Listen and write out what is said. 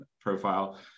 profile